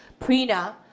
Prina